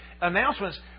announcements